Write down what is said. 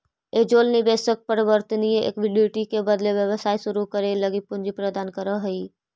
angel निवेशक परिवर्तनीय equity के बदले व्यवसाय शुरू करे लगी पूंजी प्रदान करऽ हइ